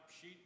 sheet